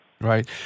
Right